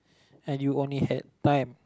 and you only had time